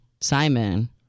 Simon